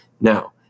Now